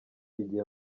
igihe